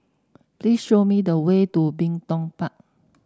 please show me the way to Bin Tong Park